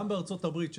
גם בארצות הברית,